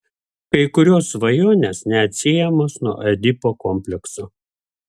kai kurios svajonės neatsiejamos nuo edipo komplekso